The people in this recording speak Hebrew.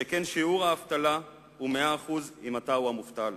שכן שיעור האבטלה הוא 100% אם אתה המובטל.